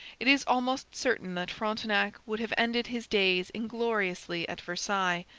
it is almost certain that frontenac would have ended his days ingloriously at versailles,